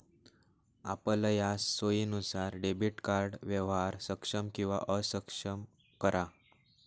आपलया सोयीनुसार debit card व्यवहार सक्षम किंवा अक्षम करा